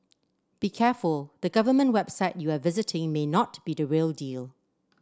be careful the government website you are visiting may not be the real deal